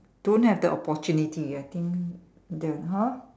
don't have the opportunity I think the !huh!